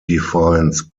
defines